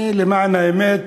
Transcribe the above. למען האמת,